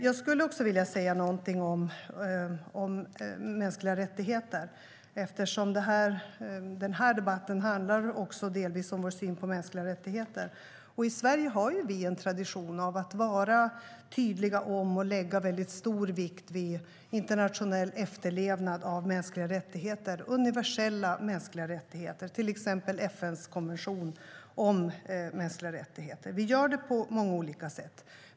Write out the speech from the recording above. Jag vill också säga någonting om mänskliga rättigheter. Den här debatten handlar också delvis om vår syn på mänskliga rättigheter. I Sverige har vi en tradition att vara tydliga med och lägga väldigt stor vikt vid internationell efterlevnad av universella mänskliga rättigheter, till exempel FN:s konvention om mänskliga rättigheter. Vi gör det på många olika sätt.